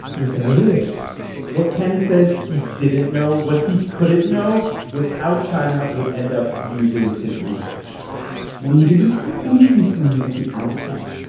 there is what ken says he didn't know, what he couldn't know, was how china would end up using his research i mean, did you have any concerns at the outset?